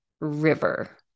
River